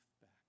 back